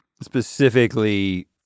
specifically